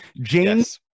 James